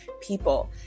people